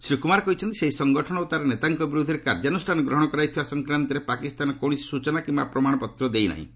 ଶ୍ରୀ କୁମାର କହିଛନ୍ତି ସେହି ସଂଗଠନ ଓ ତାର ନେତାଙ୍କ ବିରୁଦ୍ଧରେ କାର୍ଯ୍ୟାନୁଷ୍ଠାନ ଗ୍ରହଣ କରାଯାଇଥିବା ସଂକ୍ରାନ୍ତରେ ପାକିସ୍ତାନ କୌଣସି ସ୍ଟଚନା କିମ୍ବା ପ୍ରମାଣପତ୍ର ଦେଇନାହିଁ